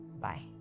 Bye